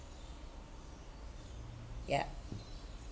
yup